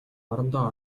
орондоо